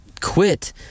quit